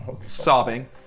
sobbing